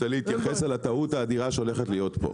אני רוצה להתייחס על הטעות האדירה שהולכת להיות פה,